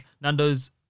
Nando's